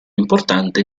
importante